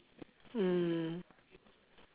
mm